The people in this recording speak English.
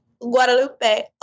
Guadalupe